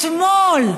אתמול,